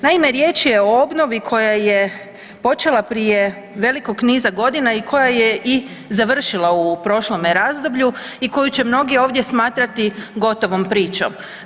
Naime riječ je o obnovi koja je počela prije velikog niza godina i koja je i završila u prošlome razdoblju i koju će mnogi ovdje smatrati gotovom pričom.